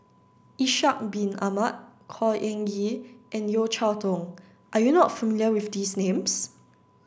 Ishak Bin Ahmad Khor Ean Ghee and Yeo Cheow Tong are you not familiar with these names